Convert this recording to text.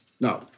no